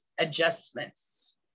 adjustments